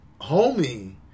homie